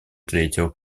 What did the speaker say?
третьего